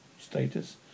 status